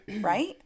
right